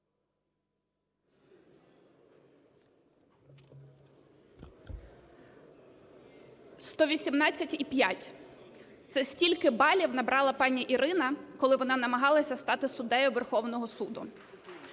118,5 – це стільки балів набрала пані Ірина, коли вона намагалася стати суддею Верховного Суду.